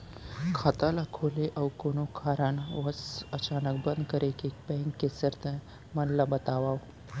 खाता ला खोले अऊ कोनो कारनवश अचानक बंद करे के, बैंक के शर्त मन ला बतावव